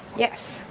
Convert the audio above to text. yes?